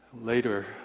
later